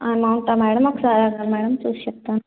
ఎమౌంటా madam ఒకసారి ఆగండి madam చూసి చెప్తాను